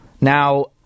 Now